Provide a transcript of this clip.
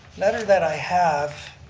letter that i have